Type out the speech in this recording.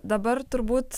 dabar turbūt